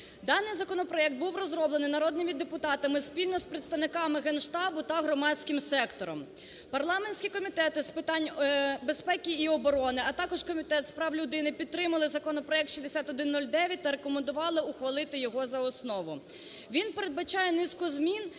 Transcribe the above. Даний законопроект був розроблений народними депутатами спільно з представниками Генштабу та громадським сектором. Парламентський Комітет з питань безпеки і оброни, а також Комітет з прав людини, підтримали законопроект 6109 та рекомендували ухвалити його за основу. Він передбачає низку змін,